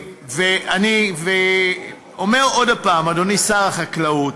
אני אומר עוד פעם, אדוני שר החקלאות: